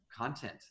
content